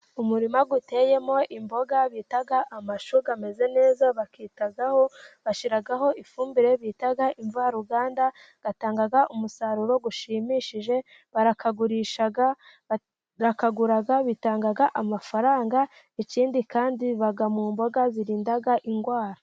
Umurima uteyemo imboga bita amashu, ameze neza bayitabwaho bashyiraho ifumbire bita imvaruganda ,agatanga umusaruro ushimishije, barayagurisha, barayagura bitanga amafaranga, ikindi kandi biba mu mboga zirinda indwara.